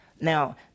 Now